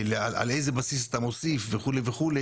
על איזה בסיס אתה מוסיף וכו',